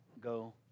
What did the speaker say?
go